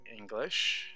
English